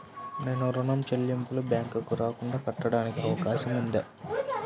నేను ఋణం చెల్లింపులు బ్యాంకుకి రాకుండా కట్టడానికి అవకాశం ఉందా?